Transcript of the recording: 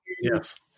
Yes